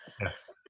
Yes